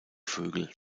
vögel